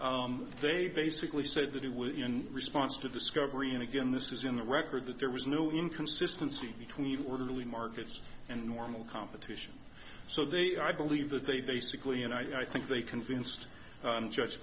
fact they basically said that it was in response to discovery and again this was in the record that there was no inconsistency between orderly markets and normal competition so they are i believe that they basically and i think they convinced